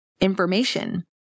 information